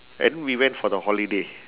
and we went for the holiday